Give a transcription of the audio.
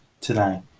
today